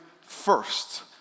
first